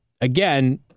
again